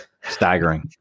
staggering